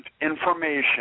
information